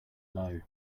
low